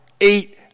eight